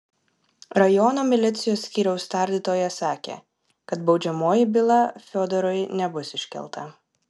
rajono milicijos skyriaus tardytojas sakė kad baudžiamoji byla fiodorui nebus iškelta